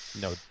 no